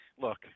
look